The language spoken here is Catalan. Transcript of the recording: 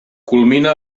culmina